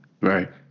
Right